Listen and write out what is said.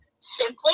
simply